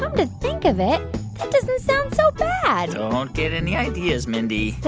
um to think of it, that doesn't sound so bad don't get any ideas, mindy